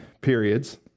periods